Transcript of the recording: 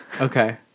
okay